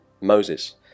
Moses